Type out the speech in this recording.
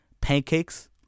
pancakes